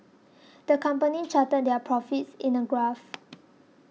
the company charted their profits in a graph